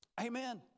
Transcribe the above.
Amen